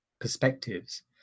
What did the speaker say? perspectives